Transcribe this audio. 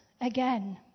again